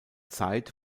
zeit